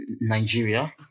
Nigeria